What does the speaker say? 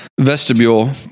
vestibule